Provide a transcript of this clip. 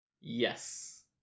yes